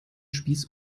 spieß